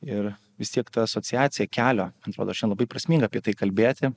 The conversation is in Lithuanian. ir vis tiek ta asociacija kelio atrodo šiandienlabai prasminga apie tai kalbėti